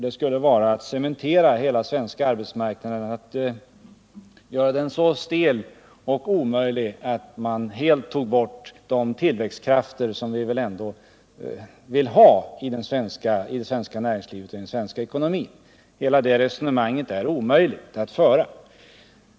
Den skulle cementera hela den svenska arbetsmarknaden och göra den så stel och omöjlig att man helt toge bort de tillväxtkrafter som vi väl ändå vill ha i det svenska näringslivet och den svenska ekonomin. Hela detta resonemang är omöjligt att föra.